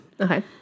Okay